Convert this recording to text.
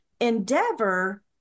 endeavor